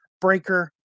Breaker